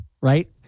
right